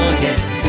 Again